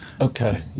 Okay